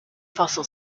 fossil